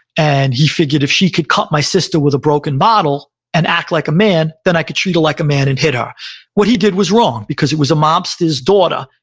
and he figured if she could cut my sister with a broken bottle and act like a man, then i could treat her like a man and hit her what he did was wrong, because it was a mobster's daughter,